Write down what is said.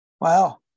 Wow